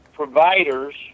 providers